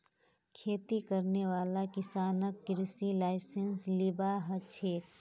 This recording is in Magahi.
खेती करने वाला किसानक कृषि लाइसेंस लिबा हछेक